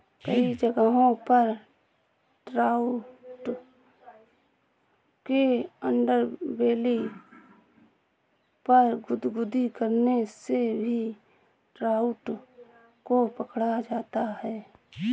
कई जगहों पर ट्राउट के अंडरबेली पर गुदगुदी करने से भी ट्राउट को पकड़ा जाता है